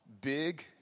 big